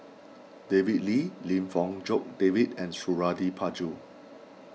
David Lee Lim Fong Jock David and Suradi Parjo